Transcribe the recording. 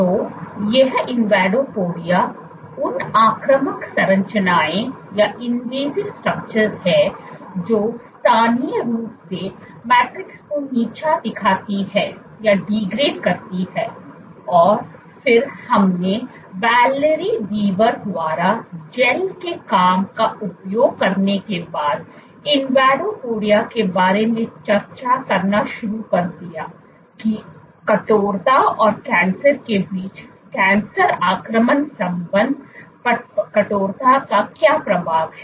तो ये इनवेडोपोडिया उन आक्रामक संरचनाएं हैं जो स्थानीय रूप से मैट्रिक्स को नीचा दिखाती हैं और फिर हमने वैलेरी वीवर द्वारा जैल के काम का उपयोग करने के बाद इनवेडोपोडिया के बारे में चर्चा करना शुरू कर दिया कि कठोरता और कैंसर के बीच कैंसर आक्रमण संबंध पर कठोरता का क्या प्रभाव है